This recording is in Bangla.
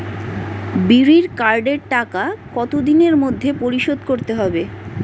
বিড়ির কার্ডের টাকা কত দিনের মধ্যে পরিশোধ করতে হবে?